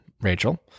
Rachel